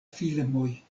filmoj